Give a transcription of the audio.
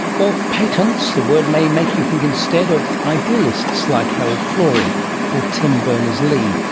or patents, the word may make you think instead of idealists like howard florey or tim berners-lee,